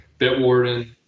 Bitwarden